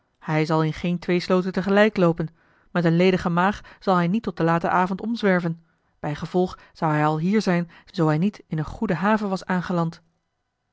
hij zal in geen twee a l g bosboom-toussaint de delftsche wonderdokter eel slooten tegelijk loopen met een ledigen maag zal hij niet tot den laten avond omzwerven bijgevolg zou hij al hier zijn zoo hij niet in eene goede haven was aangeland